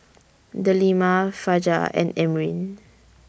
Delima Fajar and Amrin